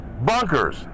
bunkers